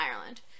Ireland